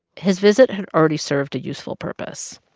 his visit had already served a useful purpose.